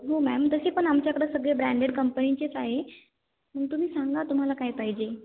हो मॅम तसे पण आमच्याकडं सगळे ब्रँडेड कंपणींचेच आहे मग तुम्ही सांगा तुम्हाला काय पाहिजे